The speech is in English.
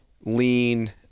lean